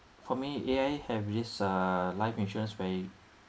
for me A_I_A have this uh life insurance where